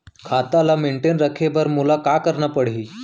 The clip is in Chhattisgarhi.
खाता ल मेनटेन रखे बर मोला का करना पड़ही?